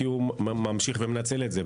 כי הוא ממשיך ומנצל את זה,